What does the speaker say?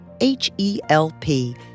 H-E-L-P